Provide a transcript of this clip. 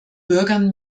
bürgern